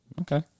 Okay